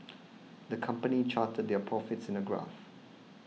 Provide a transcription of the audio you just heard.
the company charted their profits in a graph